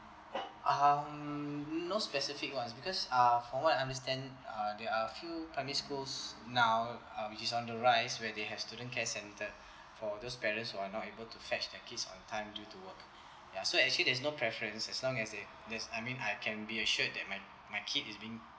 um no specific !what! because uh from what I understand uh there are few primary schools now um which is on the rise where they have student care center for those parents who are not able to fetch their kids on time due to work ya so actually there's no preference as long as they this I mean I can be assured that my my kid is being